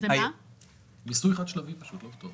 הבנתי שמתוך קרנות הריט רק אחת מתעסקת בזה.